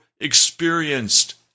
experienced